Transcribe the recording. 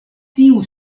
tiu